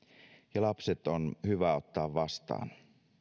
ja lapset on hyvä ottaa vastaan